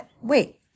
Wait